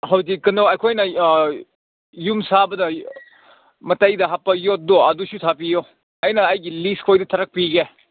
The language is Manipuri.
ꯍꯧꯖꯤꯛ ꯀꯩꯅꯣ ꯑꯩꯈꯣꯏꯅ ꯌꯨꯝ ꯁꯥꯕꯗ ꯃꯇꯥꯏꯗ ꯍꯥꯞꯄ ꯌꯣꯠꯇꯣ ꯑꯗꯨꯁꯨ ꯁꯥꯕꯤꯌꯣ ꯑꯩꯅ ꯑꯩꯒꯤ ꯂꯤꯁ ꯈꯣꯏꯗꯨ ꯊꯥꯔꯛꯄꯤꯒꯦ